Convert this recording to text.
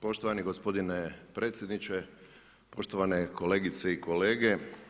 Poštovani gospodine predsjedniče, poštovane kolegice i kolege.